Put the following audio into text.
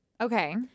Okay